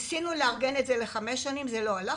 ניסינו לארגן את זה לחמש שנים, זה לא הלך.